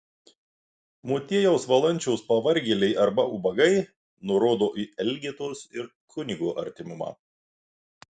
motiejaus valančiaus pavargėliai arba ubagai nurodo į elgetos ir kunigo artimumą